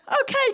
okay